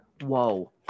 whoa